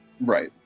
Right